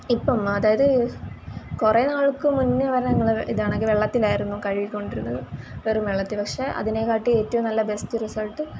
ഇപ്പം അതായത് കുറേ നാൾക്ക് മുന്നേ വരെ ഞങ്ങൾ ഇതേ കണക്ക് വെള്ളത്തിലായിരുന്നു കഴുകിക്കോണ്ടിരുന്നത് വെറും വെള്ളത്തിൽ പക്ഷേ അതിനെക്കാട്ടി ഏറ്റവും നല്ല ബെസ്റ്റ് റിസൾട്ട്